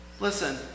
Listen